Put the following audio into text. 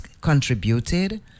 contributed